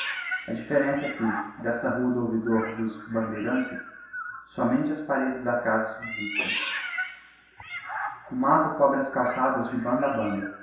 a differença é que desta rua do ouvidor dos bandeirantes somente as paredes das casas subsistem o matto cobre as calçadas de banda a banda